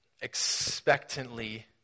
expectantly